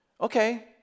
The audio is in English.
Okay